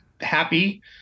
happy